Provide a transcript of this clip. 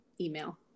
email